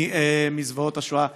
מזוועות השואה.